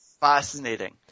fascinating